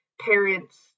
parents